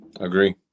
Agree